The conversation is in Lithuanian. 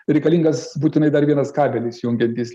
reikalingas būtinai dar vienas kabelis jungiantis